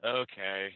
okay